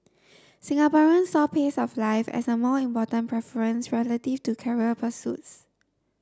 Singaporeans saw pace of life as a more important preference relative to career pursuits